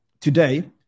today